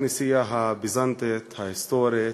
הכנסייה הביזנטית, ההיסטורית,